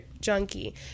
junkie